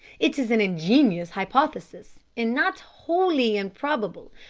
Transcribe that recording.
it is an ingenious hypothesis, and not wholly improbable,